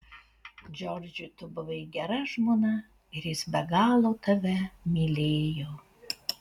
džordžui tu buvai gera žmona ir jis be galo tave mylėjo